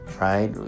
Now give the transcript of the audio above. right